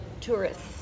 tourists